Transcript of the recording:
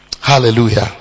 Hallelujah